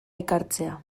ekartzea